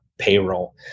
payroll